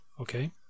okay